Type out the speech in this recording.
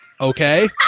okay